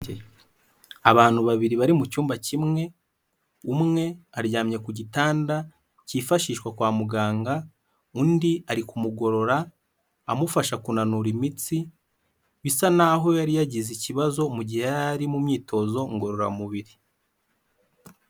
Abantu babiri bari mu cyumba kimwe umwe aryamye ku gitanda cyifashishwa kwa muganga undi ari kumugorora amufasha kunanura imitsi bisa naho yari yagize ikibazo mu gihe yari ari mu myitozo ngororamubiri.